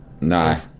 No